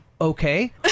okay